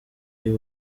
iyo